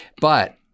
But-